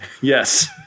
Yes